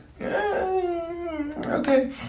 okay